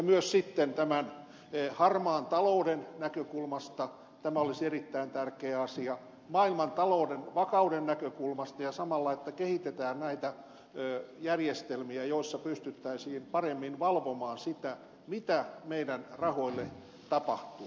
myös harmaan talouden näkökulmasta tämä olisi erittäin tärkeä asia samoin maailmantalouden vakauden näkökulmasta ja siksi että samalla kehitetään näitä järjestelmiä joissa pystyttäisiin paremmin valvomaan sitä mitä meidän rahoillemme tapahtuu